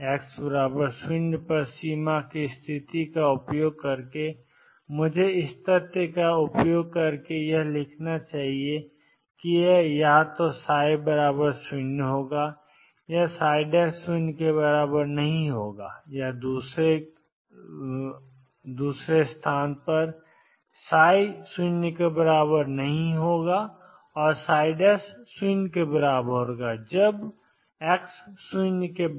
x 0 पर सीमा की स्थिति का उपयोग करके मुझे इस तथ्य का उपयोग करके लिखना चाहिए कि या तो ψ0 ψ'≠0 या ψ≠0ψ'0 x0 पर